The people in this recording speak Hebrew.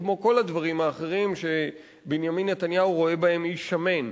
כמו כל הדברים האחרים שבנימין נתניהו רואה בהם "איש שמן",